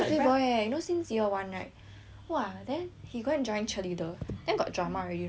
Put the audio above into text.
!wah! then he go and join cheer leader then got drama already you know on the cheer leader